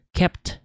kept